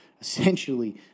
essentially